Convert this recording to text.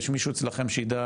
יש מישהו אצלכם שיידע